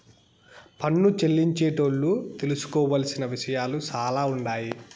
పన్ను చెల్లించేటోళ్లు తెలుసుకోవలసిన విషయాలు సాలా ఉండాయి